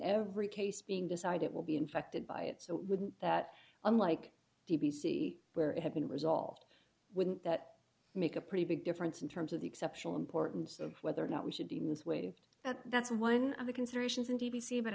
every case being decided it will be infected by it so wouldn't that unlike d c where it had been resolved wouldn't that make a pretty big difference in terms of the exceptional importance of whether or not we should be ms waived that that's one of the considerations in d c but